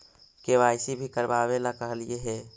KYC भी करवावेला कहलिये हे?